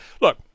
Look